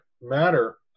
matter